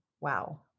Wow